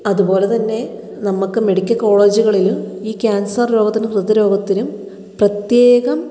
അതുപോലെ തന്നെ നമുക്ക് മെഡിക്കൽ കോളേജുകളിൽ ഈ ക്യാൻസർ രോഗത്തിനും ഹൃദ്രോഗത്തിനും പ്രത്യേകം